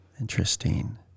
Interesting